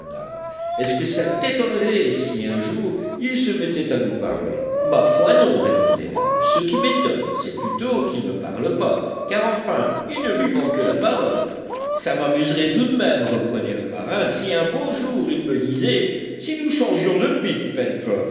estce que ça t'étonnerait si un jour il se mettait à nous parler ma foi non répondait nab ce qui m'étonne c'est plutôt qu'il ne parle pas car enfin il ne lui manque que la parole ça m'amuserait tout de même reprenait le marin si un beau jour il me disait si nous changions de